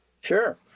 Sure